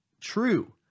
true